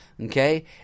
okay